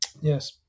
Yes